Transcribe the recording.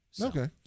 Okay